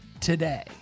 today